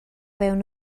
fewn